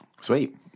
Sweet